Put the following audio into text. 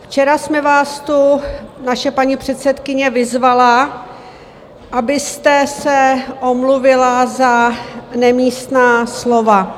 Včera jsme vás tu naše paní předsedkyně vyzvala, abyste se omluvila za nemístná slova.